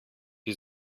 wie